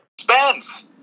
Spence